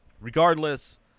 Regardless